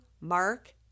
Mark